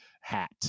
hat